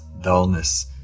dullness